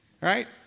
Right